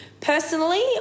Personally